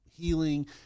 healing